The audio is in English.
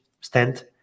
stand